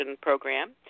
program